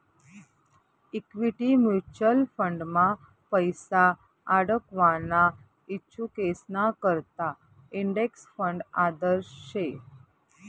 equity mutual फंडमा पैसा आडकवाना इच्छुकेसना करता इंडेक्स फंड आदर्श शे